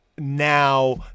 Now